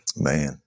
Man